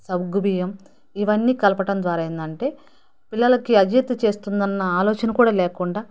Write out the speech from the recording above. సగ్గు బియ్యం ఇవన్నీ కలపటం ద్వారా ఏందంటే పిల్లలకి అజీర్తి చేస్తుంది అన్న ఆలోచన కూడా లేకుండా